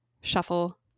shuffle